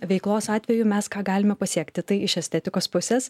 veiklos atveju mes ką galime pasiekti tai iš estetikos pusės